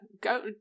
go